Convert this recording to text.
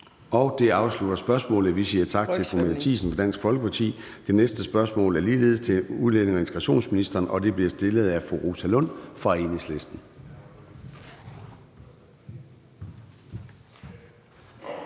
Det afslutter spørgsmålet. Vi siger tak til fru Mette Thiesen, Dansk Folkeparti. Det næste spørgsmål er ligeledes til udlændinge- og integrationsministeren, og det bliver stillet af fru Rosa Lund fra Enhedslisten.